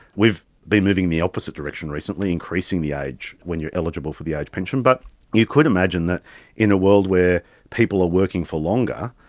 we've been moving in the opposite direction recently, increasing the age when you are eligible for the age pension. but you could imagine that in a world where people are working for longer,